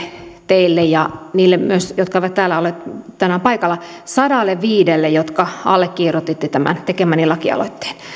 teille ja niille myös jotka ovat täällä olleet tänään paikalla sadalleviidelle jotka allekirjoititte tämän tekemäni lakialoitteen